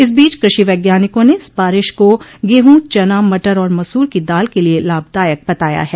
इस बीच कषि वैज्ञानिकों ने इस बारिश को गेहूँ चना मटर और मसूर की दाल के लिये लाभदायक बताया है